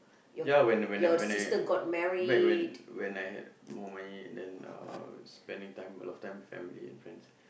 ya when I when I when I back when I when I had more money and then uh spending time a lot of time with family and friends